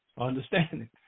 understanding